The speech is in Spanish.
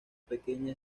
pequeña